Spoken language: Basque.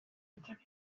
ditzake